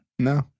No